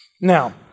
Now